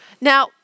Now